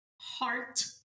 heart